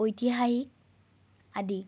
ঐতিহাসিক আদি